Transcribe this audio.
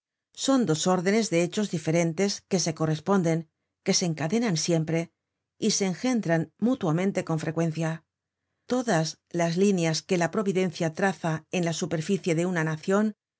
son dos órdenes de hechos diferentes que se corresponden que se encadenan siempre y se engendran mutuamente con frecuencia todas las líneas que la providencia traza en la superficie de una nacion